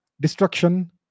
destruction